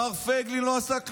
מר פייגלין לא עשה כלום.